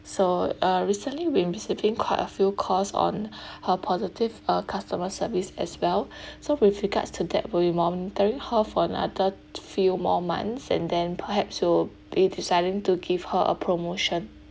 so uh recently we're receiving quite a few calls on her positive uh customer service as well so with regards to that we'll be monitoring her for another few more months and then perhaps we'll be deciding to give her a promotion